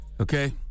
okay